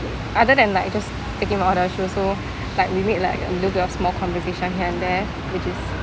other than like just taking the order she also like we made like a little bit of small conversation here and there which is